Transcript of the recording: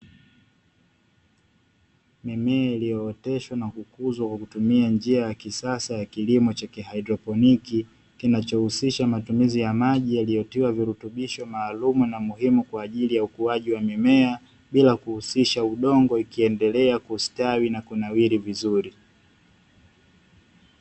Mimea ilioteshwa na kukuzwa kwakutumia njia ya kisasa ya kilimo cha kihydroponiki, kinachohusisha matumizi ya maji yaliyotiwa virutubisho maalumu na muhimu kwaajili ya ukuaji wa mimea bila kuhusisha udongo ikiendelea kustawi na kunawiri vizuri.